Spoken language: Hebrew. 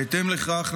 בהתאם לכך,